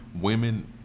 women